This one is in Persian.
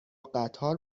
قطار